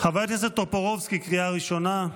חבר הכנסת טופורובסקי, קריאה ראשונה.